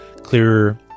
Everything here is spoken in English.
clearer